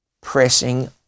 pressing